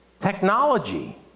Technology